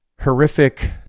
horrific